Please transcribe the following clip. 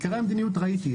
עיקרי המדיניות ראיתי.